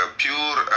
pure